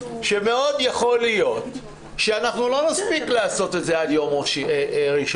ומאוד יכול להיות שלא נספיק לעשות את זה עד יום ראשון.